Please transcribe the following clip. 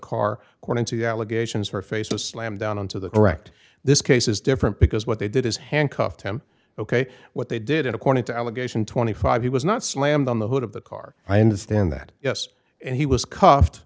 car according to the allegations her face to slam down into the correct this case is different because what they did is handcuffed him ok what they did and according to allegation twenty five he was not slammed on the hood of the car i understand that yes he was c